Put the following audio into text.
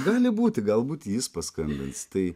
gali būti galbūt jis paskambins tai